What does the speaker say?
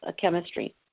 chemistry